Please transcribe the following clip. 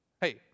Hey